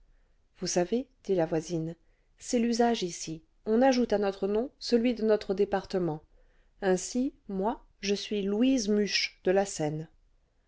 vous savez dit la voisine c'est l'usage ici on ajoute à notre nom celui de noire département ainsi moi je suis louise huche de la seine